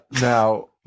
Now